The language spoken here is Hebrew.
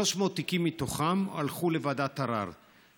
300 תיקים מתוכם הלכו לוועדת ערר.